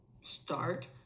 start